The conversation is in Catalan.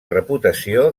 reputació